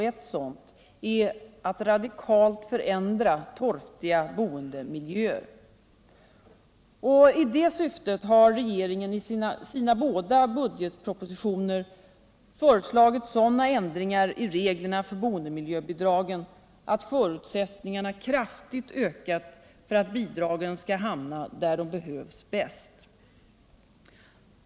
Ett sådant är att radikalt förändra torftiga boendemiljöer. I det syftet har regeringen i sina båda budgetpropositioner föreslagit sådana ändringar i reglerna för boendemiljöbidragen att förutsättningarna kraftigt ökar för att bidragen skall hamna där de behövs bäst.